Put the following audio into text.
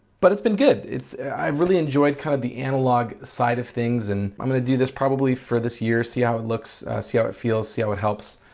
but it's been good it's i've really enjoyed kind of the analog side of things and i'm going to do this probably for this year see how it looks see how ah it feels see how it helps.